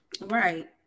Right